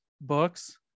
books